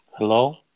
Hello